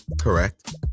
Correct